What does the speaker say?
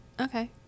Okay